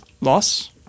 loss